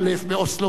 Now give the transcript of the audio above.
באוסלו ב',